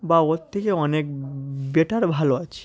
বা ওর থেকে অনেক বেটার ভালো আছি